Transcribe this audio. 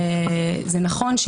נכון,